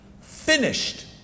Finished